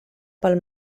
pel